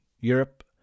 Europe